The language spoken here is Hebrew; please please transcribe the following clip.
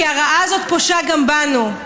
כי הרעה הזאת פושה גם בנו.